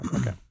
Okay